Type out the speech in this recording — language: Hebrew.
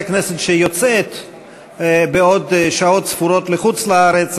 כנסת שיוצאת בעוד שעות ספורות לחוץ-לארץ,